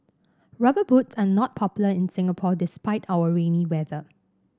rubber boots are not popular in Singapore despite our rainy weather